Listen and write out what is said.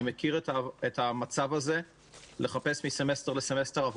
אני מכיר את המצב הזה של לחפש עבודה מסמסטר לסמסטר.